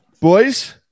boys